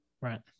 Right